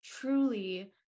truly